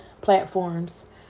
platforms